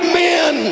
men